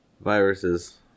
Viruses